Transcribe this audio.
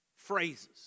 Phrases